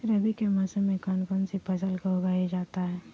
रवि के मौसम में कौन कौन सी फसल को उगाई जाता है?